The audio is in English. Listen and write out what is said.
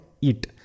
EAT